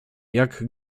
jak